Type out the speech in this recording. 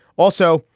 also,